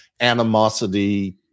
animosity